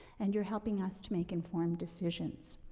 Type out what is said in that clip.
and you're helping us to make informed decisions.